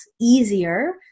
easier